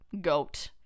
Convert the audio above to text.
goat